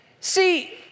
see